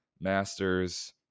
masters